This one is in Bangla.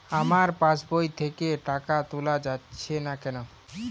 আমার পাসবই থেকে টাকা তোলা যাচ্ছে না কেনো?